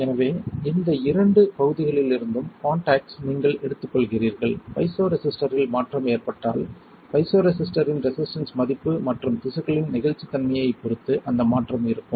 எனவே இந்த இரண்டு பகுதிகளிலிருந்தும் காண்டாக்ட்ஸ் நீங்கள் எடுத்துக்கொள்கிறீர்கள் பைசோரேசிஸ்டரில் மாற்றம் ஏற்பட்டால் பைசோரேசிஸ்டரின் ரெசிஸ்டன்ஸ் மதிப்பு மற்றும் திசுக்களின் நெகிழ்ச்சித்தன்மையைப் பொறுத்து அந்த மாற்றம் இருக்கும்